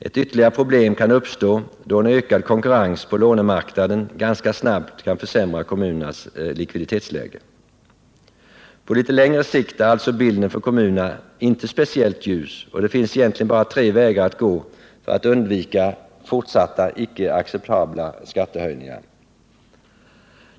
Ett ytterligare problem kan uppstå, då en ökad konkurrens på lånemarknaden ganska snabbt kan försämra kommunernas likviditetsläge. På litet längre sikt är alltså bilden för kommunerna inte speciellt ljus, och det finns egentligen bara tre vägar att gå för att undvika fortsatta icke acceptabla skattehöjningar.